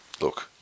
Look